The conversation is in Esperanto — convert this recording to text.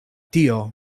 tio